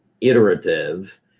iterative